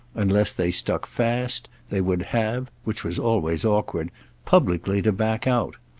unless they stuck fast, they would have which was always awkward publicly to back out.